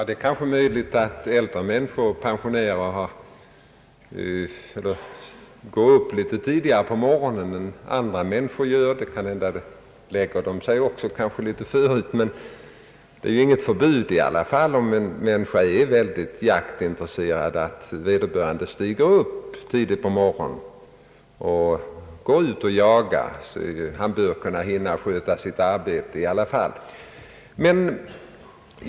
Herr talman! Det är möjligt att äldre människor och pensionärer går upp litet tidigare på morgonen än andra; kanske lägger de sig också litet tidigare. Om en person är mycket jaktintresserad råder det emellertid inte något förbud mot att han stiger upp tidigt på morgonen och går ut och jagar. Han bör kunna hinna sköta sitt arbete i alla fall.